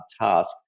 task